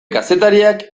kazetaritzak